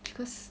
because